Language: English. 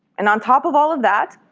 and on top of all of that,